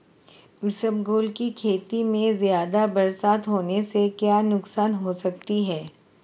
इसबगोल की खेती में ज़्यादा बरसात होने से क्या नुकसान हो सकता है?